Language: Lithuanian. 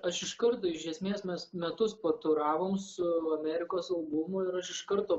aš iš karto iš esmės mes metus paturavom su amerikos albumu ir aš iš karto